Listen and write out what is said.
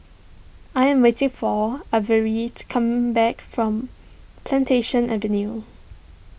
I am waiting for Avery to come back from Plantation Avenue